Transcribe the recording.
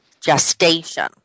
gestation